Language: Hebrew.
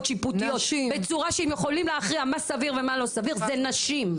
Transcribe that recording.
שיפוטיות בצורה שהם יכולים להכריע מה סביר ומה לא סביר זה נשים.